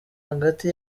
hagati